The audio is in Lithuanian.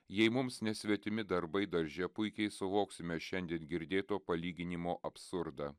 jei mums nesvetimi darbai darže puikiai suvoksime šiandien girdėto palyginimo absurdą